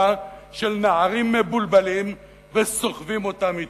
של נערים מבולבלים וסוחבים אותם אתם.